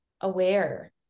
aware